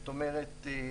זאת אומרת,